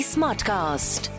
Smartcast